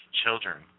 children